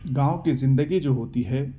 گاؤں کی زندگی جو ہوتی ہے